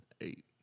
Eight